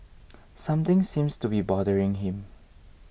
something seems to be bothering him